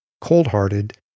cold-hearted